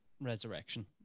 resurrection